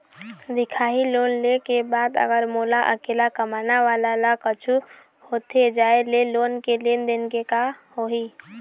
दिखाही लोन ले के बाद अगर मोला अकेला कमाने वाला ला कुछू होथे जाय ले लोन के लेनदेन के का होही?